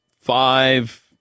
five